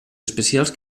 especials